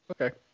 okay